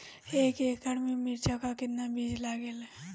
एक एकड़ में मिर्चा का कितना बीज लागेला?